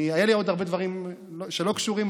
היו לי עוד הרבה דברים שלא קשורים,